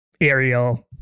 Ariel